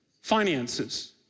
Finances